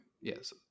Yes